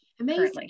Amazing